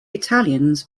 italians